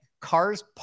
cars